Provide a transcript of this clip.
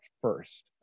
first